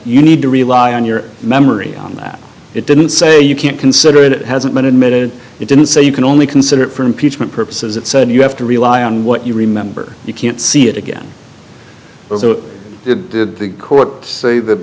you need to rely on your memory on that it didn't say you can't consider it it hasn't been admitted it didn't say you can only consider it for impeachment purposes it said you have to rely on what you remember you can't see it again was that the court t